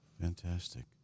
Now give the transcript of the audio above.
fantastic